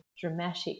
dramatic